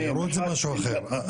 תיירות זה משהו אחר,